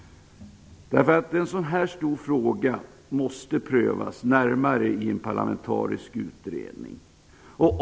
En sådan här stor fråga måste prövas närmare i en parlamentarisk utredning.